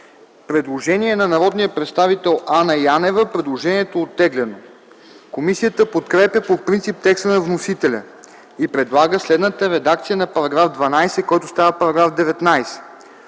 предложение на народния представител Анна Янева, което е оттеглено. Комисията подкрепя по принцип текста на вносителя и предлага следната редакция на § 20, който става § 29: „§ 29.